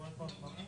שצדקנו.